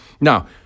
Now